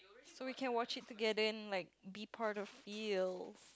so we can watch it together and like be part of feels